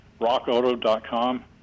RockAuto.com